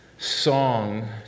song